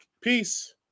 Peace